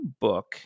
book